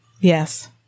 Yes